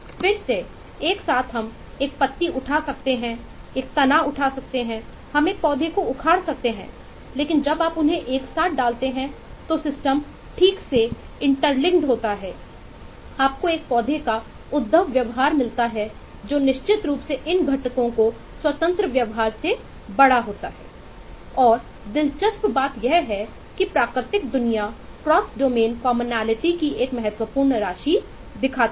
फिर से एक साथ हम एक पत्ती उठा सकते हैं एक तना उठाओ हम एक पौधे को उखाड़ सकते हैं लेकिन जब आप उन्हें एक साथ डालते हैं तो सिस्टम समानता की एक महत्वपूर्ण राशि दिखाती है